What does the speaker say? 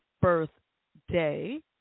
birthday